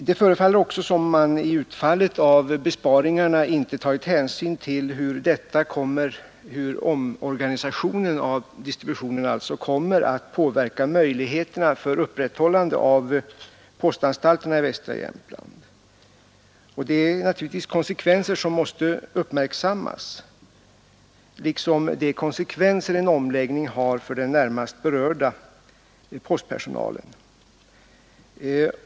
Det förefaller också som om man beträffande utfallet av besparingarna inte tagit hänsyn till hur omorganisationen av distributionen kommer att påverka möjligheterna för upprätthållande av postanstalterna i västra Jämtland. Det är konsekvenser som naturligtvis måste uppmärksammas, liksom de konsekvenser en omläggning har för den närmast berörda postpersonalen.